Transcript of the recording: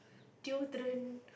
deodorant